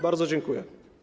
Bardzo dziękuję.